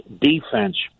defense